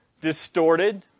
distorted